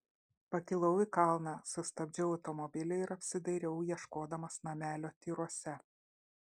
pakilau į kalną sustabdžiau automobilį ir apsidairiau ieškodamas namelio tyruose